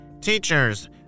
Teachers